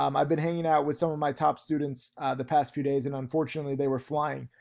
um i've been hanging out with some of my top students the past few days. and unfortunately, they were flying.